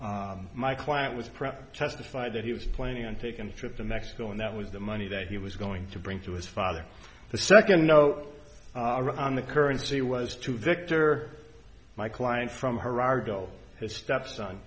father my client was testified that he was planning on taking a trip to mexico and that was the money that he was going to bring to his father the second note on the currency was two victor my client from her argo his stepson